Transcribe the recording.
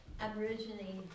Aborigine